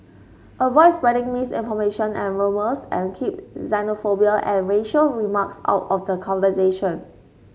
avoid spreading misinformation and rumours and keep xenophobia and racial remarks out of the conversation